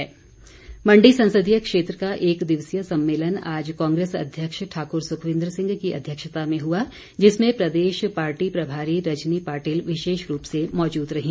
कांग्रेस मंडी संसदीय क्षेत्र का एक दिवसीय सम्मेलन आज कांग्रेस अध्यक्ष ठाक्र सुखविंदर सिंह की अध्यक्षता में हुआ जिसमें प्रदेश पार्टी प्रभारी रजनी पाटिल विशेष रूप से मौजूद रहीं